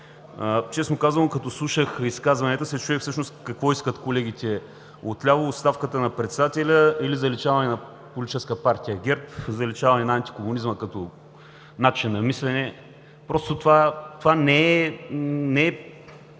Честно казано, като слушах изказванията, се чудех всъщност какво искат колегите отляво – оставката на Председателя или заличаване на политическа партия ГЕРБ, заличаване на антикомунизма като начин на мислене. Това не е